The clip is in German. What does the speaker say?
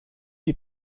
die